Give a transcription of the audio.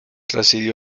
residió